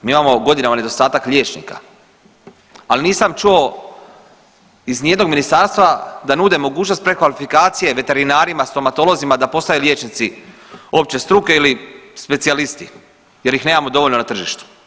Mi imamo godina nedostatak liječnika ali nisam čuo ni iz jednog ministarstva da nude mogućnost prekvalifikacije veterinarima, stomatolozima da postaju liječnici opće struke ili specijalisti jer ih nemamo dovoljno na tržištu.